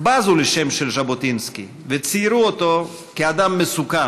בזו לשם של ז'בוטינסקי וציירו אותו כאדם מסוכן.